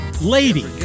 Lady